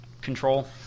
control